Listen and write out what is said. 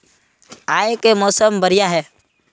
आय के मौसम बढ़िया है?